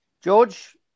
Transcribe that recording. George